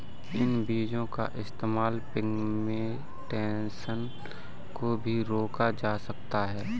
इन बीजो का इस्तेमाल पिग्मेंटेशन को भी रोका जा सकता है